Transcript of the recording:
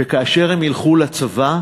וכאשר הם ילכו לצבא,